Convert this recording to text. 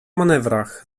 manewrach